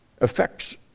affects